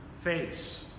face